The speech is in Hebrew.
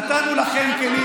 נתנו לכם כלים,